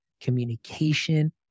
communication